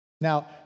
Now